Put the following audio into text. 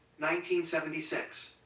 1976